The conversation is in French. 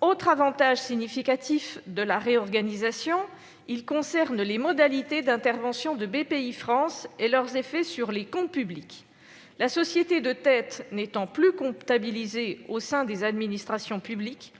autre avantage significatif de la réorganisation concerne les modalités d'intervention de Bpifrance et leurs effets sur les comptes publics. La société de tête n'étant plus comptabilisée au sein des administrations publiques,